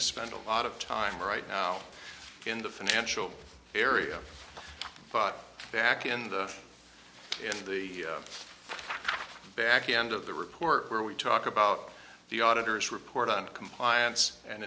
to spend a lot of time right now in the financial area but back in the in the back end of the report where we talk about the auditor's report on compliance and